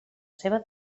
seva